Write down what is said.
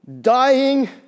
dying